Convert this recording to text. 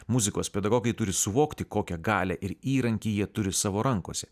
muzikos pedagogai turi suvokti kokią galią ir įrankį jie turi savo rankose